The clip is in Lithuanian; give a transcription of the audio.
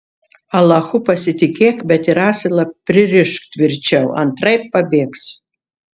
alachu pasitikėk bet ir asilą pririšk tvirčiau antraip pabėgs